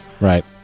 Right